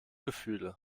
gefühle